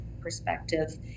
perspective